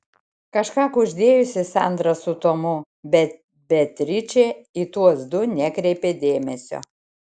kažką kuždėjosi sandra su tomu bet beatričė į tuos du nekreipė dėmesio